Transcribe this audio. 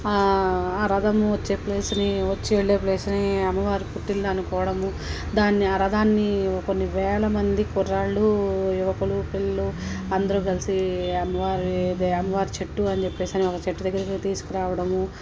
ఆ రథము వచ్చే ప్లేస్ని వచ్చి వెళ్లే ప్లేస్ని అమ్మవారి పుట్టిల్లు అనుకోవడము దానిని ఆ రథాన్ని కొన్ని వేల మంది కుర్రాళ్ళు యువకులు పిల్లలు అందరూ కలిసి అమ్మవారి అమ్మవారి చెట్టు అనిచెప్పేసి అని ఒక చెట్టు దగ్గరికి తీసుకురావడము